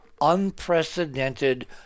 unprecedented